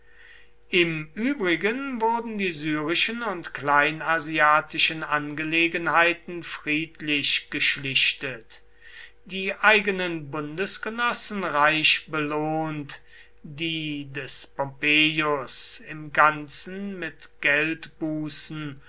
im übrigen wurden die syrischen und kleinasiatischen angelegenheiten friedlich geschlichtet die eigenen bundesgenossen reich belohnt die des pompeius im ganzen mit geldbußen